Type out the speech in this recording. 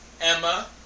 Emma